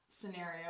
scenario